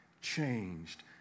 changed